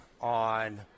on